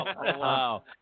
Wow